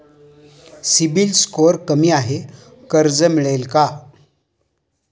CIBIL score कमी आहे कर्ज मिळेल का?